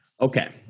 Okay